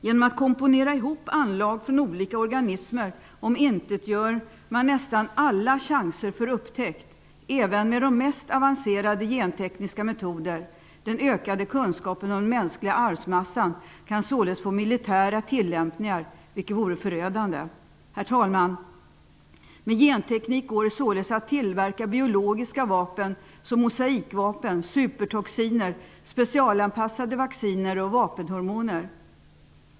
Genom att komponera ihop anlag från olika organismer omintetgör man nästan alla chanser till upptäckt, även med de mest avancerade gentekniska metoder. Den ökade kunskapen om den mänskliga arvsmassan kan således få militära tillämpningar, vilket vore förödande. Herr talman! Med genteknik går det således att tillverka biologiska vapen som mosaikvapen, supertoxiner, specialanpassade vacciner och vapenhormoner.